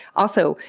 also,